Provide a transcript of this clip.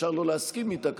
אפשר לא להסכים איתה,